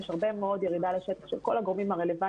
יש הרבה מאוד ירידה לשטח של כל מיני גורמים רלוונטיים